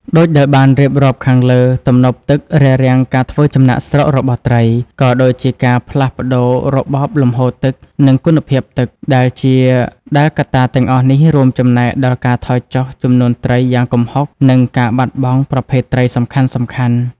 ដូចដែលបានរៀបរាប់ខាងលើ ទំនប់ទឹករារាំងការធ្វើចំណាកស្រុករបស់ត្រី ក៏ដូចជាការផ្លាស់ប្តូររបបលំហូរទឹក និងគុណភាពទឹក ដែលកត្តាទាំងអស់នេះរួមចំណែកដល់ការថយចុះចំនួនត្រីយ៉ាងគំហុក និងការបាត់បង់ប្រភេទត្រីសំខាន់ៗ។